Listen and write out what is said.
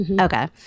Okay